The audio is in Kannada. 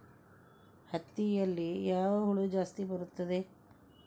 ಹತ್ತಿಯಲ್ಲಿ ಯಾವ ಹುಳ ಜಾಸ್ತಿ ಬರುತ್ತದೆ?